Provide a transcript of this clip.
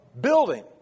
building